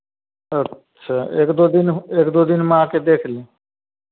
अच्छा एक दो दिन हो एक दो दिन में आकर देख लें